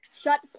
shut